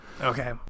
Okay